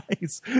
Nice